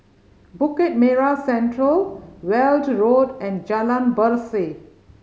Bukit Merah Central Weld Road and Jalan Berseh